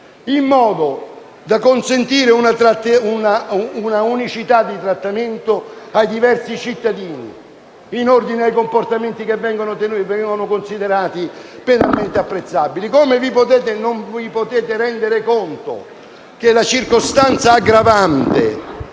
in modo da consentire un'unicità di trattamento ai diversi cittadini in ordine a comportamenti che vengono considerati penalmente apprezzabili. Come potete non rendervi conto del fatto che la circostanza aggravante